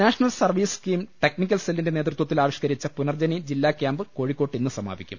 national service scheme technical സെല്ലിന്റെ നേതൃത്വത്തിൽ ആവിഷ്ക്കരിച്ച പുനർജ്ജനി ജില്ലാ കൃാമ്പ് കോഴിക്കോട്ട് ഇന്ന് സമാപിക്കും